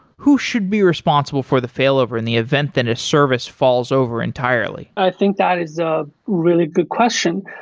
who should be responsible for the fail over in the event that the and service falls over entirely i think that is a really good question.